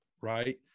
Right